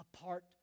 apart